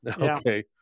Okay